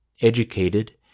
educated